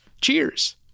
Cheers